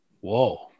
Whoa